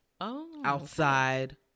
outside